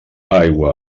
aigua